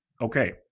Okay